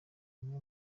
bimwe